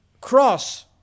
cross